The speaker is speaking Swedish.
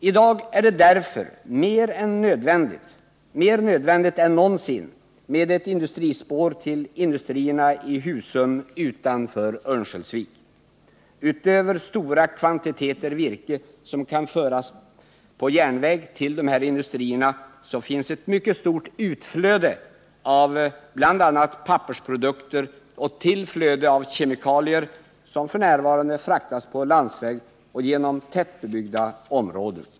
I dag är det därför mer nödvändigt än någonsin med ett industrispår till industrierna i Husum utanför Örnsköldsvik. Utöver stora kvantiteter virke som kan föras på järnväg till dessa industrier finns ett mycket stort utflöde av bl.a. pappersprodukter och tillflöde av kemikalier som f.n. fraktas på landsväg och genom tättbebyggda områden.